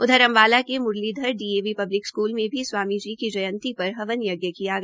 उध्र अम्बाला के Murlidhar DAV public school में भी स्वामी जी जयंती पर हवन यज्ञ किया गया